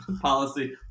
policy